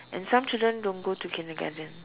and some children don't go to kindergarten